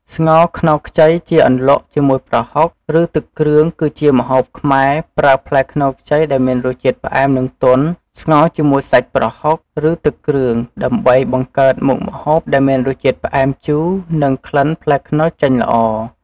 ស្ងោរខ្នុរខ្ចីជាអន្លក់ជាមួយប្រហុក ឬទឹកគ្រឿងគឺជាម្ហូបខ្មែរ ប្រើផ្លែខ្នុរខ្ចី ដែលមានរសជាតិផ្អែម និងទន់ ស្ងោរជាមួយសាច់ប្រហុក ឬទឹកគ្រឿង ដើម្បីបង្កើតមុខម្ហូបដែលមានរសជាតិផ្អែមជូរ និងក្លិនផ្លែខ្នុរចេញល្អ។